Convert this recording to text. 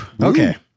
Okay